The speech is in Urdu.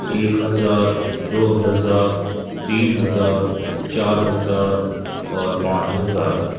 ایک ہزار دو ہزار تین ہزار چار ہزار اور پانچ ہزار